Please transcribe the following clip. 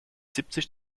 siebzig